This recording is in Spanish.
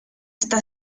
esta